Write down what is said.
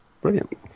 Brilliant